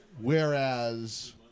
whereas